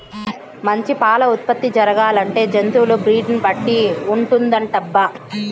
మంచి పాల ఉత్పత్తి జరగాలంటే జంతువుల బ్రీడ్ ని బట్టి ఉంటుందటబ్బా